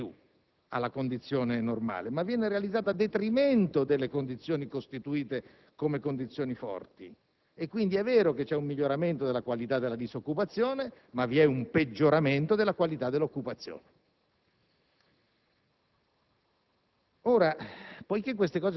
questo non viene realizzato in sovrappiù, alla condizione normale, ma a detrimento delle condizioni costituite come condizioni forti. È quindi vero che c'è un miglioramento della qualità della disoccupazione, ma vi è anche un peggioramento della qualità dell'occupazione.